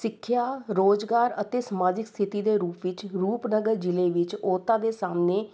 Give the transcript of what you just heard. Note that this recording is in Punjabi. ਸਿੱਖਿਆ ਰੁਜ਼ਗਾਰ ਅਤੇ ਸਮਾਜਿਕ ਸਥਿਤੀ ਦੇ ਰੂਪ ਵਿੱਚ ਰੂਪਨਗਰ ਜ਼ਿਲ੍ਹੇ ਵਿੱਚ ਔਰਤਾਂ ਦੇ ਸਾਹਮਣੇ